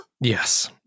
Yes